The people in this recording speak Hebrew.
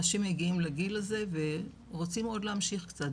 אנשים מגיעים לגיל הזה ורוצים עוד להמשיך קצת.